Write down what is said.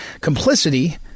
complicity